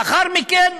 לאחר מכן,